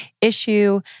Issue